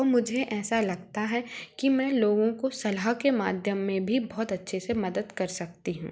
और मुझे ऐसा लगता है की मैं लोगों को सलाह के माध्यम में भी बहुत अच्छे से मदद कर सकती हूँ